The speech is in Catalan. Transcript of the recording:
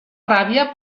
ràbia